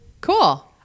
Cool